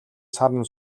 саран